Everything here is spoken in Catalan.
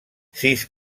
sis